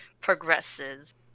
progresses